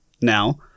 Now